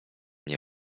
nie